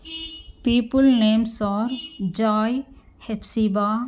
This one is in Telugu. people names are joy ఎస్తిబా